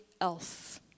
else